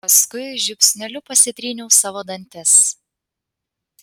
paskui žiupsneliu pasitryniau savo dantis